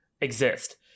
exist